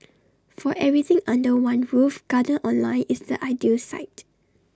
for everything under one roof giant online is the ideal site